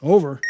Over